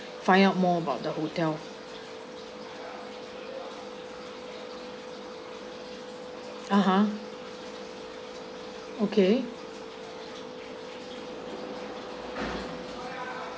find out more about the hotel a'ah okay